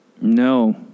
No